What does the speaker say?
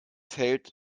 hält